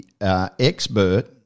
expert